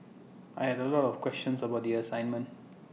I had A lot of questions about the assignment